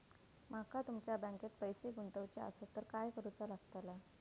माका तुमच्या बँकेत पैसे गुंतवूचे आसत तर काय कारुचा लगतला?